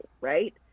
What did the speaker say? right